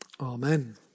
Amen